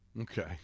Okay